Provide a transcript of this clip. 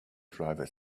driver